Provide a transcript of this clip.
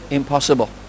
impossible